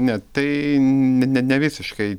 ne tai ne nevisiškai